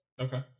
Okay